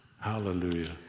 hallelujah